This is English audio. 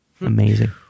amazing